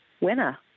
winner